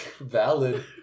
valid